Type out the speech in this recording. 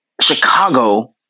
Chicago